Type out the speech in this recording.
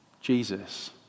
Jesus